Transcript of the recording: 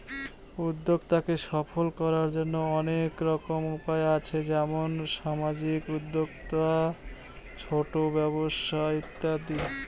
উদ্যক্তাকে সফল করার জন্য অনেক রকম উপায় আছে যেমন সামাজিক উদ্যোক্তা, ছোট ব্যবসা ইত্যাদি